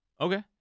Okay